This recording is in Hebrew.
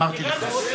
אמרתי לך.